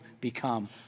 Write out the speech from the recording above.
become